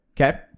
Okay